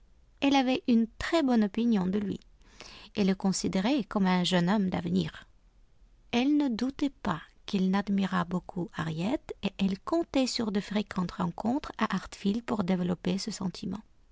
elle avait une très bonne opinion de lui et le considérait comme un jeune homme d'avenir elle ne doutait pas qu'il n'admirât beaucoup harriet et elle comptait sur de fréquentes rencontres à hartfield pour développer ce sentiment